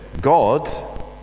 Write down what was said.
God